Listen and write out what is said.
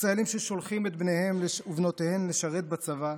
ישראלים ששולחים את בניהם ובנותיהם לשרת בצבא,